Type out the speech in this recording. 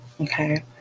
okay